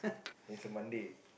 it's a Monday